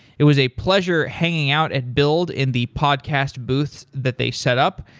it was a pleasure hanging out at build in the podcast booth that they set up.